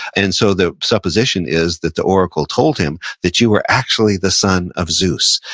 and so, the supposition is that the oracle told him that, you are actually the son of zeus.